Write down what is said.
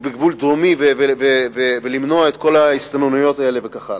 הדרומי ולמנוע את כל ההסתננויות האלה וכך הלאה?